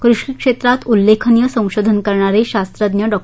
कृषी क्षेत्रात उल्लेखनीय संशोधन करणारे शास्त्रज्ञ डॉ